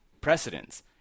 precedents